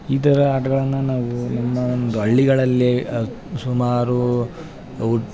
ಈ ಥರ ಆಟಗಳನ್ನು ನಾವು ನಮ್ಮ ಒಂದು ಹಳ್ಳಿಗಳಲ್ಲಿ ಸುಮಾರು ಉ